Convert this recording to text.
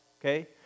okay